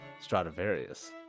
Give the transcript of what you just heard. Stradivarius